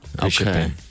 Okay